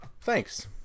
Thanks